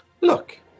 Look